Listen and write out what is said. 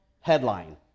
headline